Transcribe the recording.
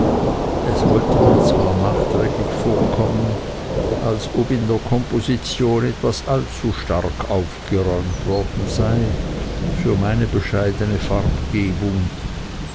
es wollte mir zwar nachträglich vorkommen als ob in der komposition etwas allzu stark aufgeräumt worden sei für meine bescheidene farbengebung